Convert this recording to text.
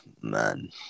Man